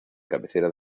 cabecera